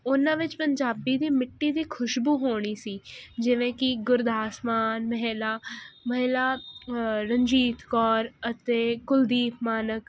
ਉਨ੍ਹਾਂ ਵਿੱਚ ਪੰਜਾਬੀ ਦੀ ਮਿੱਟੀ ਦੀ ਖ਼ੁਸ਼ਬੂ ਹੋਣੀ ਸੀ ਜਿਵੇਂ ਕੀ ਗੁਰਦਾਸ ਮਾਨ ਮਹਿਲਾ ਮਹਿਲਾ ਰਨਜੀਤ ਕੌਰ ਅਤੇ ਕੁਲਦੀਪ ਮਾਨਕ